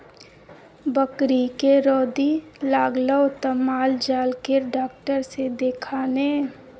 बकरीके रौदी लागलौ त माल जाल केर डाक्टर सँ देखा ने